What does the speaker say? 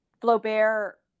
Flaubert